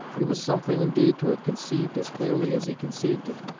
it was something, indeed, to have conceived, as clearly as he conceived it,